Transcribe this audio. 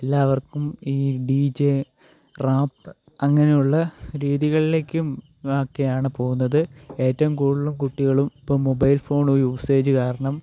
എല്ലാവർക്കും ഈ D J rap അങ്ങനെയുള്ള രീതികളിലേക്കും ഒക്കെയാണ് പോവുന്നത് ഏറ്റവും കൂടുതലും കുട്ടികളും ഇപ്പം മൊബൈൽ ഫോൺ യൂസേജ് കാരണം